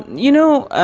you know,